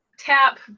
tap